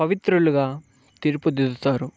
పవిత్రులుగా తీర్పుదిద్దుతారు